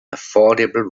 affordable